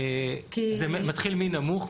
זה מתחיל מנמוך,